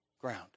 Ground